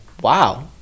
wow